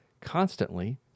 constantly